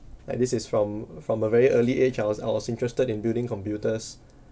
like this is from from a very early age I was I was interested in building computers